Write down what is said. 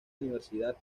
universidad